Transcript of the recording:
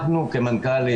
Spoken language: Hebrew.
אנחנו כמנכ"לים,